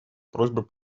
просьбой